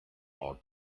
are